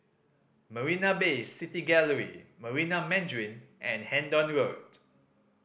Marina Bay City Gallery Marina Mandarin and Hendon Road